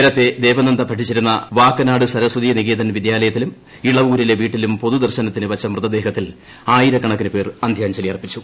നേരത്തെ ദേവനന്ദ പഠിച്ചിരുന്ന വാക്കനാട് സരസ്വതി നികേതൻ വിദ്യാലയത്തിലും ഇളവൂരിലെ വീട്ടിലും പൊതുദർശനത്തിന് വച്ച മൃതദേഹത്തിൽ ആയിരക്കണക്കിന് പേർ അന്ത്യാഞ്ജലി അർപ്പിച്ചു